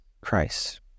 Christ